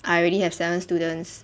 I already have seven students